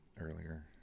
earlier